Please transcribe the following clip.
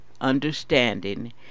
understanding